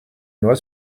loi